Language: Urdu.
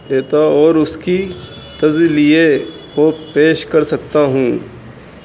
دیتا اور اس کی تزلیے کو پیش کر سکتا ہوں